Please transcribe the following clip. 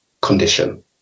condition